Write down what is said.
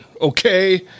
Okay